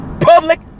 Public